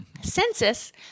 census